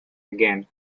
again